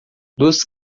duas